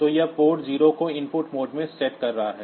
तो यह इस पोर्ट जीरो को इनपुट मोड में सेट कर रहा है